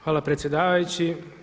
Hvala predsjedavajući.